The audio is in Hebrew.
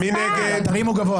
מי נמנע?